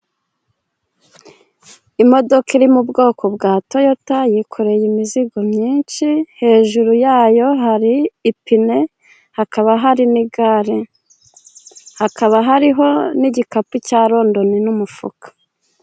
Imodoka iri mu bwoko bwa Toyota, yikoreye imizigo myinshi, hejuru ya yo hari ipine, hakaba hari n'igare. Hakaba hariho n'igikapu cya londoni n'umufuka.